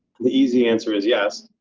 the easy answer is yes.